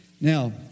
Now—